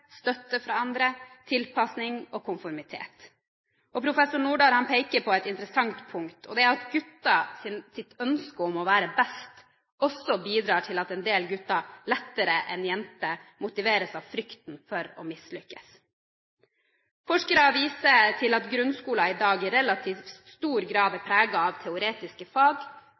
støtte fra andre, tilpasning og konformitet. Professor Nordahl peker på et interessant punkt om at gutters ønske om å være best også bidrar til at en del gutter lettere enn jenter motiveres av frykten for å mislykkes. Forskere viser til at grunnskolen i dag i relativt stor grad er preget av teoretiske fag,